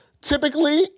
Typically